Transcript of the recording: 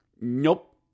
Nope